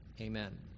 Amen